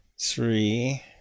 three